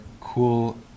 cool